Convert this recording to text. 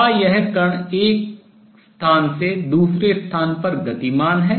क्या यह कण एक स्थान से दूसरे स्थान पर गतिमान है